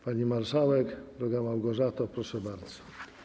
Pani marszałek, droga Małgorzato, proszę bardzo.